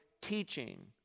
teaching